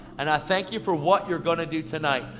and i thank you for what you're going to do tonight.